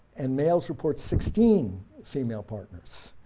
and males report sixteen female partners,